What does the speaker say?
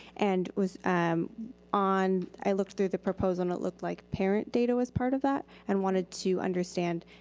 and was on, i looked through the proposal and it looked like parent data was part of that. and wanted to understand